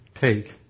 take